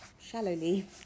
shallowly